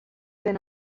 been